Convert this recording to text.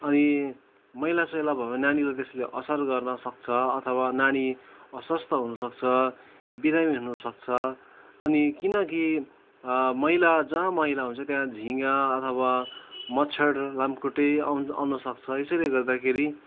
अनि मैला सैला भयो भने नानीलाई त्यसले असर गर्न सक्छ अथवा नानी अस्वस्थ हुनसक्छ बिरामी हुनसक्छ अनि किनकि मैला जहाँ मैला हुन्छ त्यहाँ झिँगा अथवा मच्छड लामखुट्टे आउ आउनसक्छ यसले गर्दाखेरि